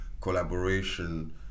collaboration